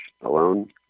alone